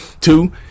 Two